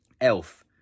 Elf